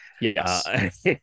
Yes